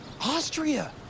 Austria